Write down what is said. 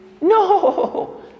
No